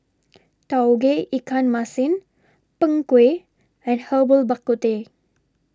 Tauge Iikan Masin Kng Kueh and Herbal Bak Ku Teh